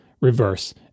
reverse